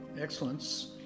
excellence